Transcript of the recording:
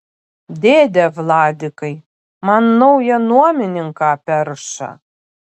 dėde vladikai man naują nuomininką perša